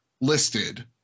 listed